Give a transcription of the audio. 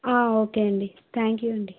okay అండి thank you అండి